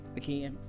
Okay